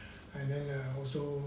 and then uh also